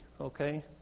okay